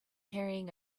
carrying